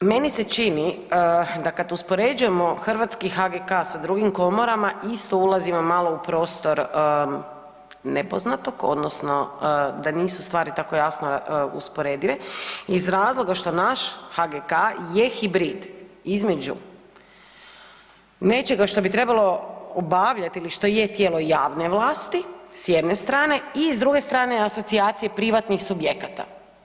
Dakle, meni se čini da kad uspoređujemo hrvatski HGK sa drugim komorama, isto ulazimo malo u prostor nepoznatog, odnosno da nisu stvari tako jasno usporedive iz razloga što naš HGK je hibrid između nečega što bi trebalo obavljati ili što je tijelo javne vlasti, s jedne strane i s druge strane, asocijacije privatnih subjekata.